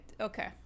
okay